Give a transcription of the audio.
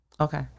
Okay